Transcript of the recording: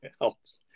else